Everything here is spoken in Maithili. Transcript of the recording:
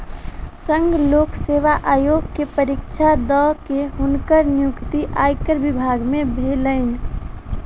संघ लोक सेवा आयोग के परीक्षा दअ के हुनकर नियुक्ति आयकर विभाग में भेलैन